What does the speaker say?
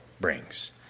brings